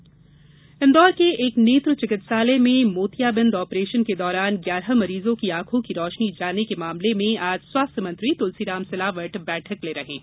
नेत्र मंत्री बैठक इंदौर के एक नेत्र चिकित्सालय में मोतियाबिंद ऑपरेशन के दौरान ग्यारह मरीजों की आंखों की रोशनी जाने के मामले में आज स्वास्थ्य मंत्री तुलसीराम सिलावट बैठक ले रहे हैं